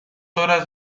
horas